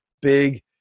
Big